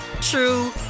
true